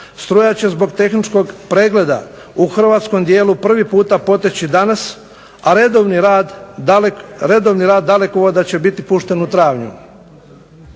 Struja će zbog tehničkog pregleda u hrvatskom dijelu prvi puta poteći danas, a redovni rad dalekovoda će biti pušten u travnju.